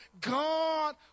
God